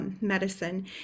medicine